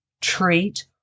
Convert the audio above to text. treat